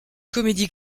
comédie